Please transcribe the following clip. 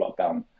lockdown